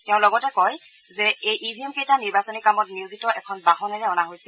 তেওঁ লগতে কয় যে এই ই ভি এম কেইটা নিৰ্বাচনী কামত নিয়োজিত এখন বাহনেৰে অনা হৈছিল